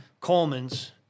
Coleman's